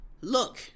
Look